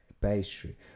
pastry